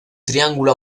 triángulo